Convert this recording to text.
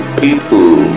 people